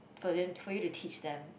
for you for you to teach them